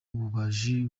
ububaji